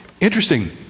Interesting